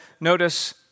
notice